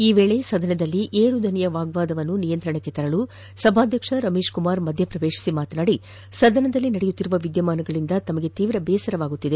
ಈ ವೇಳೆ ಸದನದಲ್ಲಿ ಏರು ಧ್ವನಿಯ ವಾಗ್ವಾದವನ್ನು ನಿಯಂತ್ರಣಕ್ಕೆ ತರಲು ಸಭಾಧ್ಯಕ್ಷ ರಮೇಶ್ ಕುಮಾರ್ ಮಧ್ಯ ಪ್ರವೇಶಿಸಿ ಮಾತನಾದಿ ಸದನದಲ್ಲಿ ನಡೆಯುತ್ತಿರುವ ವಿದ್ಯಮಾನಗಳಿಂದ ತಮಗೆ ತೀವ್ರ ಬೇಸರವಾಗುತ್ತಿದೆ